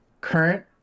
current